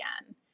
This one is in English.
again